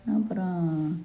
ம் அப்புறம்